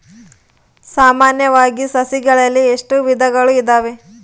ಸಾಮಾನ್ಯವಾಗಿ ಸಸಿಗಳಲ್ಲಿ ಎಷ್ಟು ವಿಧಗಳು ಇದಾವೆ?